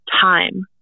time